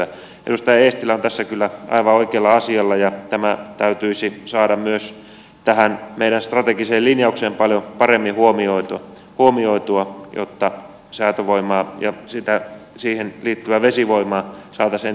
edustaja eestilä on tässä kyllä aivan oikealla asialla ja tämä täytyisi saada myös tässä meidän strategisessa linjauksessamme paljon paremmin huomioitua jotta säätövoimaa ja siihen liittyvää vesivoimaa saataisiin entistä paremmin hyödynnettyä